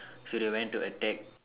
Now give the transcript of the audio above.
so they went to attack